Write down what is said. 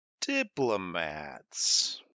diplomats